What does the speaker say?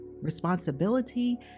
responsibility